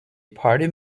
party